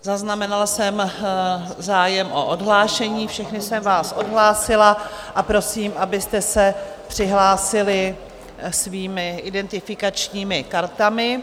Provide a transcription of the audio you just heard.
Zaznamenala jsem zájem o odhlášení, všechny jsem vás odhlásila a prosím, abyste se přihlásili svými identifikačními kartami.